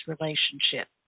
relationship